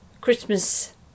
Christmas